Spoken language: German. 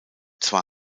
zwar